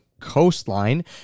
coastline